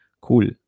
Cool